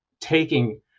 taking